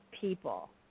people